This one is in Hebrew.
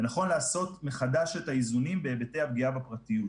ו נכון לעשות מחדש את האיזונים בהיבטי הפגיעה בפרטיות.